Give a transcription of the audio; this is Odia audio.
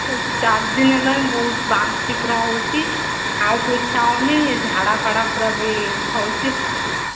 ଚାରିଦିନ ହେଲା ବହୁତ ବାନ୍ତି ପୁରା ହେଉଛି ଖାଇବାକୁ ଇଚ୍ଛା ହେଉନି ଝାଡ଼ା ଫାଡ଼ା ପୁରା ବି ହେଉଛି